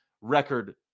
record